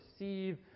receive